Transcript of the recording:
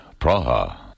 Praha